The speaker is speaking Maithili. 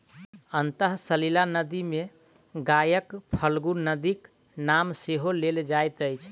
अंतः सलिला नदी मे गयाक फल्गु नदीक नाम सेहो लेल जाइत अछि